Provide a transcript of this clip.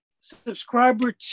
subscriber